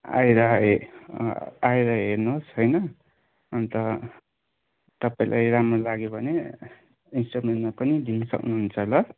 आएर ए आएर हेर्नुहोस् होइन अन्त तपाईँलाई राम्रो लाग्यो भने इन्सटलमेन्टमा पनि लिन सक्नुहुन्छ ल